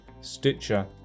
Stitcher